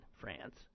France